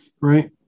Right